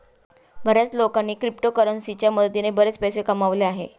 बर्याच लोकांनी क्रिप्टोकरन्सीच्या मदतीने बरेच पैसे कमावले आहेत